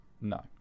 No